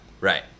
Right